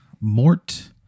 Mort